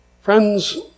Friends